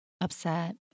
upset